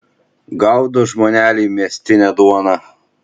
gaudo žmoneliai miestinę duoną